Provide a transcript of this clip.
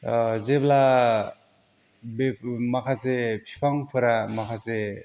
जेब्ला माखासे बिफांफोरा माखासे